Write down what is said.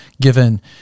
given